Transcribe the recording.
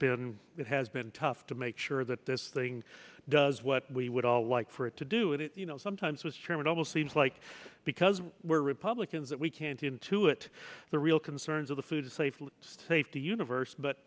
been it has been tough to make sure that this thing does what we would all like for it to do it you know sometimes was chairman almost seems like because we're republicans that we can't see into it the real concerns of the food safety safety universe but